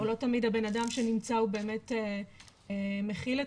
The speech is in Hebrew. או לא תמיד הבנאדם שנמצא הוא באמת מכיל את